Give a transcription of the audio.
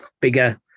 bigger